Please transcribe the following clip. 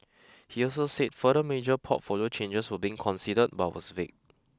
he also said further major portfolio changes were being considered but was vague